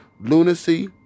lunacy